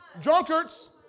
Drunkards